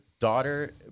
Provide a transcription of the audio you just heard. Daughter